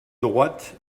droite